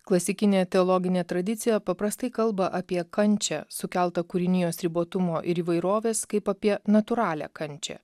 klasikinė teologinė tradicija paprastai kalba apie kančią sukeltą kūrinijos ribotumo ir įvairovės kaip apie natūralią kančią